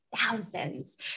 thousands